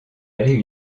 allé